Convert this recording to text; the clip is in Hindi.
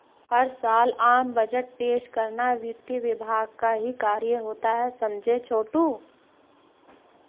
हर साल आम बजट पेश करना वित्त विभाग का ही कार्य होता है समझे छोटू